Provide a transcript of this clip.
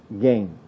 gain